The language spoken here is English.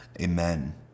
Amen